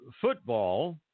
Football